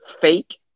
fake